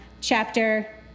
chapter